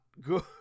good